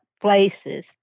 places